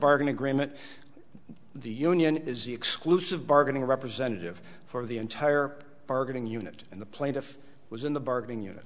bargaining agreement the union is the exclusive bargaining representative for the entire bargaining unit and the plaintiff was in the bargaining unit